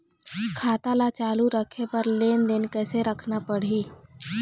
खाता ला चालू रखे बर लेनदेन कैसे रखना पड़ही?